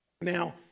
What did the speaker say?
Now